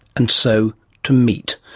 and so to meat,